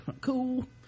cool